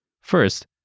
First